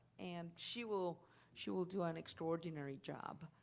and she will she will do an extraordinary job.